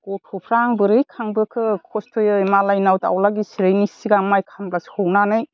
गथ'फ्रा आं बोरै खांबोखो खस्थ'यै मालायनाव दाउज्ला गेसेरैनि सिगां माइ खामला सौनानै